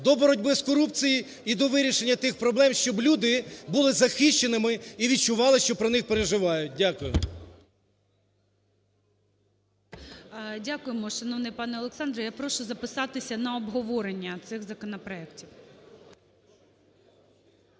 до боротьби з корупцією і до вирішення тих проблем, щоб люди були захищеними і відчували, що про них переживають. Дякую. ГОЛОВУЮЧИЙ. Дякуємо, шановний пане Олександре. Я прошу записатися на обговорення цих законопроектів.